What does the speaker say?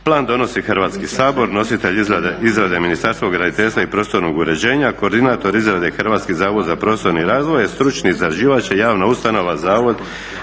Plan donosi Hrvatski sabor. Nositelj izrade Ministarstvo graditeljstva i prostornog uređenja, koordinator izrade Hrvatski zavod za prostorni razvoj, stručni izrađivač je javna ustanova Zavod